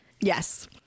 Yes